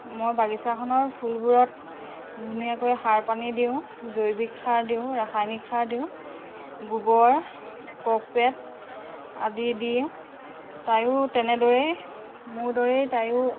মই বাগিচাখনৰ ফুলবোৰত ধুনীয়াকৈ সাৰ পানী দিওঁ জৈৱিক সাৰ দিওঁ ৰাসায়নিক সাৰ দিওঁ গোবৰ কপেট আদি দিওঁ তায়ো তেনেদৰেই মোৰ দৰেই তায়ো